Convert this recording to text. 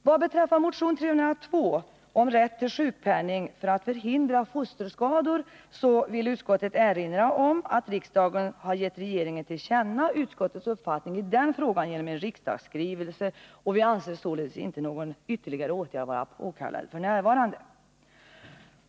När det gäller motion 302 om ändring av reglerna för rätt till sjukpenning för att förhindra fosterskador vill utskottet erinra om att riksdagen har gett regeringen till känna utskottets uppfattning i den frågan genom en riksdagsskrivelse. Vi anser således inte någon ytterligare åtgärd vara påkallad f. n.